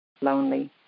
lonely